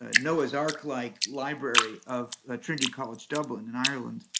ah noah's ark-like library of ah trinity college dublin in ireland.